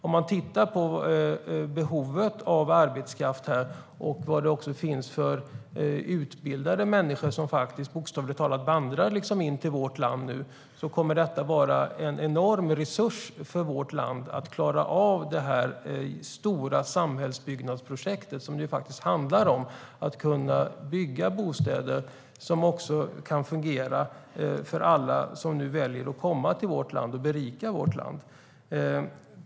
Om man tittar på behovet av arbetskraft och vad det finns för utbildade människor som bokstavligt talat vandrar in till vårt land nu så kommer det att vara en enorm resurs för landet när det gäller att klara av det stora samhällsbyggnadsprojekt som det faktiskt handlar om att kunna bygga bostäder som kan fungera för alla som nu väljer att komma hit och berika vårt land.